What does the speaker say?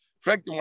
Frank